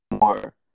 more